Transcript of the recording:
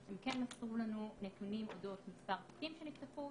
הם כן מסרו לנו נתונים אודות מספר תיקים שנפתחו,